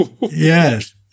Yes